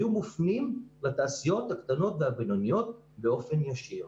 היו מופנים לתעשיות הקטנות והבינוניות באופן ישיר.